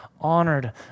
honored